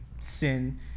sin